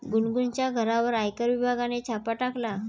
गुनगुनच्या घरावर आयकर विभागाने छापा टाकला